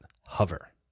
hover